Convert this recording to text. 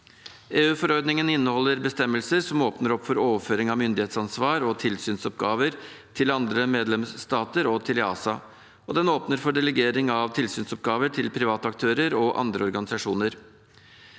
EU-forordningen inneholder bestemmelser som åpner for overføring av myndighetsansvar og tilsynsoppgaver til andre medlemsstater og til EASA, og den åpner for delegering av tilsynsoppgaver til private aktører og andre organisasjoner.